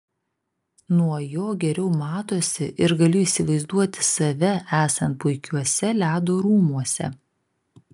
nuo jo geriau matosi ir galiu įsivaizduoti save esant puikiuose ledo rūmuose